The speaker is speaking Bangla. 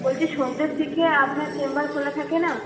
বলছি সন্ধ্যের থেকে আপনার চেম্বার খোলা থাকে না